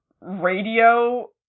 radio